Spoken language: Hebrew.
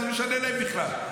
מה זה משנה להם בכלל?